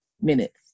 minutes